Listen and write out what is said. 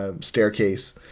staircase